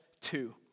two